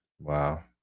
Wow